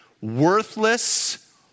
worthless